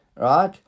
right